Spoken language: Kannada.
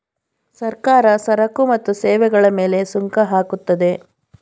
ಸರ್ಕಾರ ಸರಕು ಮತ್ತು ಸೇವೆಗಳ ಮೇಲೆ ಸುಂಕ ಹಾಕುತ್ತದೆ